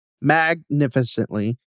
magnificently